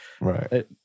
Right